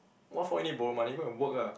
what for you need borrow money go and work ah